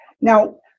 Now